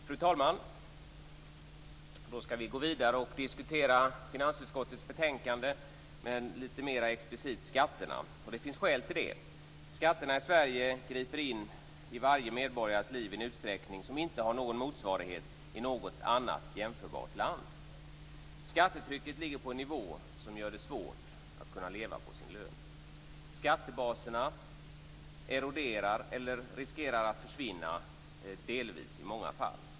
Fru talman! Då skall vi gå vidare och diskutera finansutskottets betänkande, men nu blir det explicit skatterna. Det finns skäl till det. Skatterna i Sverige griper in i varje medborgares liv i en utsträckning som inte har någon motsvarighet i något annat jämförbart land. Skattetrycket ligger på en nivå som gör det svårt att leva på sin lön. Skattebaserna eroderar eller riskerar att i många fall delvis försvinna.